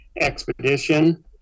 Expedition